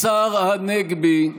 השר הנגבי,